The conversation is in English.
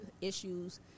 issues